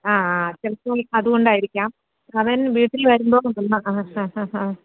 ആ ആ അതു ചിലപ്പോൾ അതുകൊണ്ടായിരിക്കാം അവൻ വീട്ടിൽ വരുമ്പോൾ മുതൽ ആ